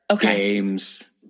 games